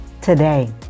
Today